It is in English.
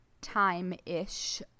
time-ish